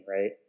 right